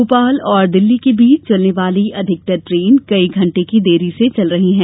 भोपाल और दिल्ली के बीच चलने वाली अधिकतर ट्रेन कई घंटे की देरी से चल रही है